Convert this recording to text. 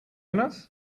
enough